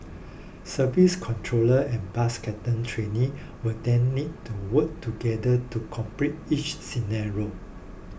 service controllers and bus captain trainees will then need to work together to complete each scenario